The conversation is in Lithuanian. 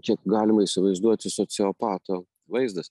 čia galima įsivaizduoti sociopato vaizdas